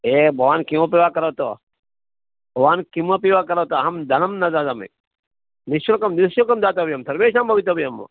ए भवान् किमपि वा करोतु भवान् किमपि वा करोतु अहं धनं न ददामि निश्शुल्कं निश्शुल्कं दातव्यं सर्वेषां भवितव्यम्